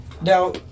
Now